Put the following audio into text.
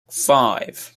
five